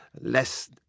less